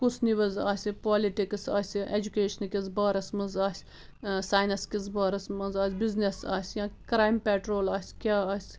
کُس نِوٕز آسہِ پالٹِکٕس آسہِ اٮ۪جُکیشنہٕ کِس بارس منٛز آسہِ ساینس کِس بارس منٛز آسہِ بِزنِس آسہِ یا کرٛایِم پٮ۪ٹرول آسہِ کیٛاہ آسہِ